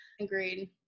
Agreed